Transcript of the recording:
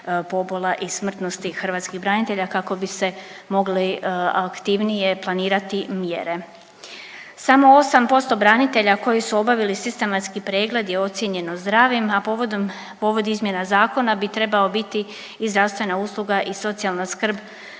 pobola i smrtnosti hrvatskih branitelja kako bi se mogli aktivnije planirati mjere. Samo 8% branitelja koji su obavili sistematski pregled je ocijenjeno zdravim, a povodom, povod izmjena zakona bi trebao biti i zdravstvena usluga i socijalna skrb